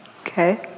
Okay